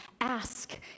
ask